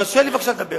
תרשה לי בבקשה לדבר.